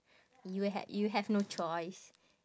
you had you have no choice